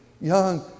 young